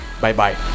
Bye-bye